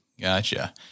Gotcha